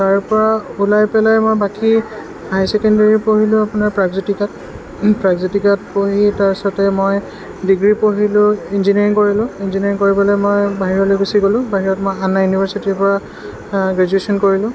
তাৰপৰা ওলাই পেলাই মই বাকী হাই ছেকেণ্ডেৰী পঢ়িলোঁ আপোনাৰ প্ৰাকজ্যোতিকাত প্ৰাগজ্যোতিকাত পঢ়ি তাৰপিছতে মই ডিগ্ৰী পঢ়িলোঁ ইঞ্জিনিয়াৰিং কৰিলোঁ ইঞ্জিনিয়াৰিং কৰিবলৈ মই বাহিৰলৈ গুচি গ'লোঁ বাহিৰত মই আন্না ইউনিভাৰ্চিটিৰ পৰা গ্ৰেজুৱেচন কৰিলোঁ